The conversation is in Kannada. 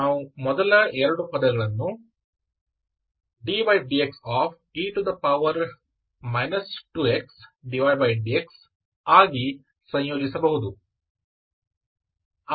ನಾವು ಮೊದಲ ಎರಡು ಪದಗಳನ್ನು ddxe 2xdydx ಆಗಿ ಸಂಯೋಜಿಸಬಹುದು